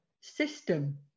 system